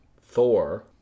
Thor